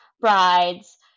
Brides